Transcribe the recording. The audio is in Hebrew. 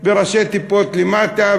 חותם בראשי תיבות למטה,